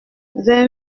vingt